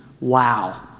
Wow